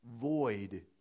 void